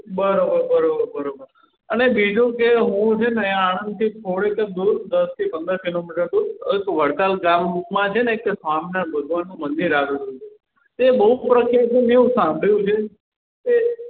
બરાબર બરાબર બરાબર અને બીજું કે હું છે ને આણંદથી થોડીક જ દૂર દસ થી પંદર કિલોમીટર દૂર એક વડતાલ ગામમાં છે ને એક સ્વામિનારાયણ ભગવાનનું મંદિર આવેલું છે તે બહુ પ્રખ્યાત છે મેં એવું સાંભળ્યું છે તે